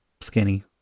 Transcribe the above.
skinny